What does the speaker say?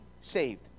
saved